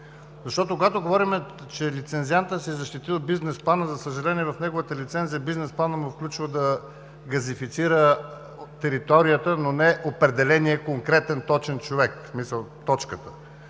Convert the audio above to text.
защото когато говорим, че лицензиантът си е защитил бизнес плана, за съжаление, в неговата лицензия бизнес планът му включва да газифицира територията, но не определения конкретен, точен човек, в